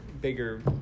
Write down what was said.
bigger